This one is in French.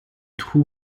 trou